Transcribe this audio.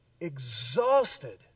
exhausted